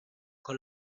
con